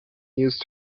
used